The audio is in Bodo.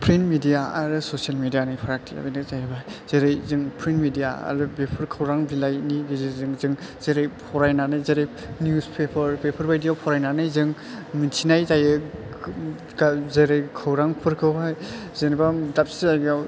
प्रिन्ट मिडिया आरो ससियेल मिडियानि फारागथिया बेनो जायैबाय जेरै जों प्रिन्ट मिडिया आरो बेफोर खौरां बिलायनि गेजेरजों जों जेरै फरायनानै जेरै निउस पेफार बेफोर बादियाव फरायनानै जों मिथिनाय जायो जेरै खौरांफोरखौहाय जेन'बा दाबसे जायगायाव